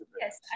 Yes